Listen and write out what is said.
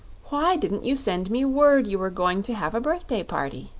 why didn't you send me word you were going to have a birthday party?